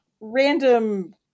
random